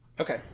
okay